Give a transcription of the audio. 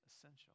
essential